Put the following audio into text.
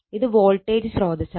ഇത് വോൾട്ടേജ് സ്രോതസ്സാണ്